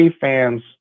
fans